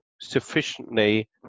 sufficiently